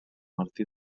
martí